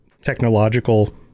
technological